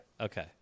Okay